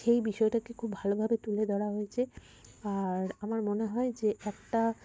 সেই বিষয়টাকে খুব ভালোভাবে তুলে ধরা হয়েছে আর আমার মনে হয় যে একটা